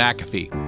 McAfee